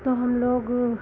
तो हम लोग